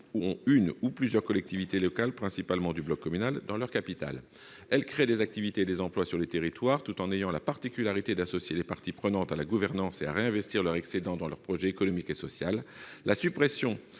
ont une ou plusieurs collectivités locales, principalement du bloc communal, à leur capital. Elles créent des activités et des emplois sur les territoires, tout en ayant la particularité d'associer les parties prenantes à la gouvernance et de réinvestir leurs excédents dans leur projet économique et social. La suppression